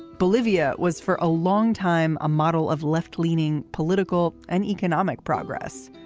bolivia was for a long time a model of left leaning political and economic progress.